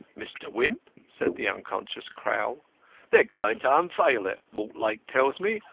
mr. wimp, said the unconscious crowl they're going to unveil it, mortlake tells me,